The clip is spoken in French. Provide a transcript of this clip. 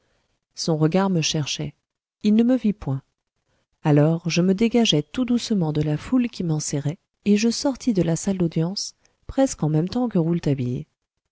son regard me cherchait il ne me vit point alors je me dégageai tout doucement de la foule qui m'enserrait et je sortis de la salle d'audience presque en même temps que